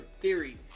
Theory